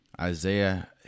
Isaiah